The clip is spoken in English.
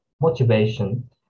motivation